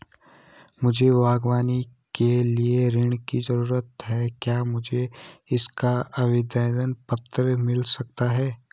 मुझे बागवानी के लिए ऋण की ज़रूरत है क्या मुझे इसका आवेदन पत्र मिल सकता है?